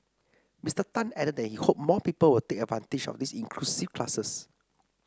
Mister Tan added that he hoped more people would take advantage of the inclusive classes